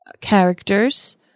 characters